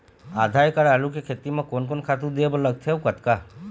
आधा एकड़ आलू के खेती म कोन कोन खातू दे बर लगथे अऊ कतका?